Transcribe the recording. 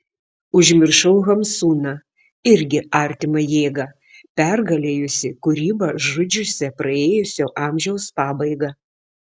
užmiršau hamsuną irgi artimą jėgą pergalėjusį kūrybą žudžiusią praėjusio amžiaus pabaigą